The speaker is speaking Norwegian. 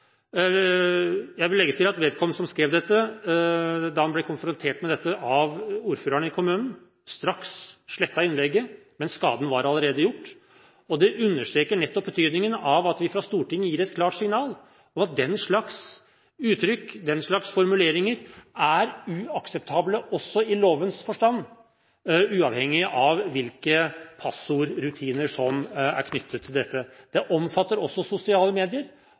Jeg vil legge til at vedkommende som skrev dette, da han ble konfrontert med det av ordføreren i kommunen, straks slettet innlegget. Men skaden var allerede skjedd. Det understreker nettopp betydningen av at vi fra Stortinget gir et klart signal om at den slags uttrykk, den slags formuleringer, er uakseptable også i lovens forstand, uavhengig av hvilke passordrutiner som er knyttet til dette. Det omfatter også sosiale medier,